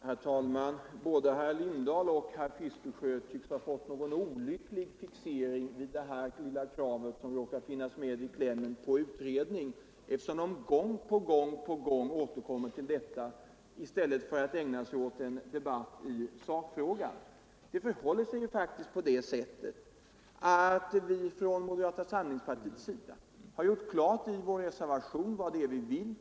Herr talman! Både herr Lindahl i Hamburgsund och herr Fiskesjö tycks ha fått någon olycklig fixering vid det lilla krav på utredning som råkar finnas med i klämmen, eftersom de gång på gång återkommer till detta i stället för att ägna sig åt en sakdebatt i sakfrågan. Vi har faktiskt från moderata samlingspartiet i vår reservation gjort klart vad vi vill.